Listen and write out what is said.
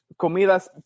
Comidas